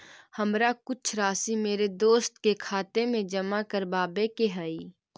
हमारा कुछ राशि मेरे दोस्त के खाते में जमा करावावे के हई